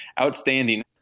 outstanding